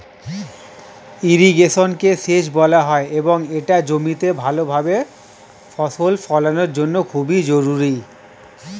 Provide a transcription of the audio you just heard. ইরিগেশনকে সেচ বলা হয় এবং এটা জমিতে ভালোভাবে ফসল ফলানোর জন্য খুবই জরুরি